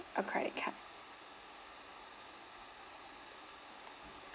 a credit card